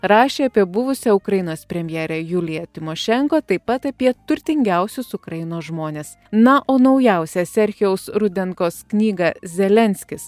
rašė apie buvusią ukrainos premjerę juliją tymošenko taip pat apie turtingiausius ukrainos žmones na o naujausią serchijaus rudenkos knygą zelenskis